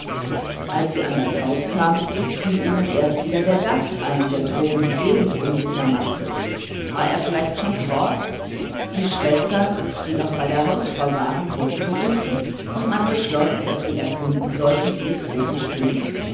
als sie ans haus kamen fiel ihnen erst wieder der gast ein der droben die gegend unsicher machte war er vielleicht schon fort die mädchen die noch bei der hausfrau waren wurden gerufen und beschlossen daß sie erkundigen sollten wie es oben stünde